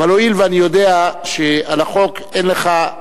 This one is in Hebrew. אבל הואיל ואני יודע שעל החוק אין לך,